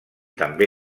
també